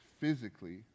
physically